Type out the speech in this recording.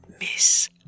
Miss